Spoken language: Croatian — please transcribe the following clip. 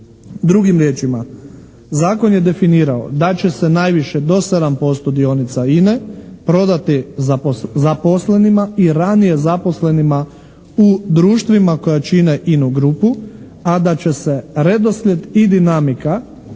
Drugim riječima zakon je definirao da će se najviše do 7% dionica INA-e prodati zaposlenima i ranije zaposlenima u društvima koja čine INA grupu, a da će se redoslijed i dinamika